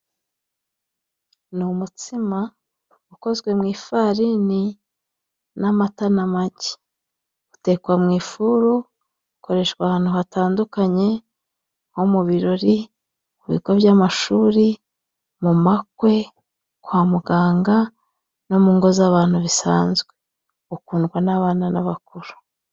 Ni umustima ukozwe mu ifari n'amata n'amagi. Utekwa mu ifuru, ukoreshwa ahantu hatandukanye, nko mu birori, mu bigo by'amashuri, mu makwe, kwa muganga, no mu ngo z'abantu bisanzwe. Ukundwa n'abana n'abakuru.